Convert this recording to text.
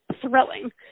thrilling